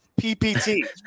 PPT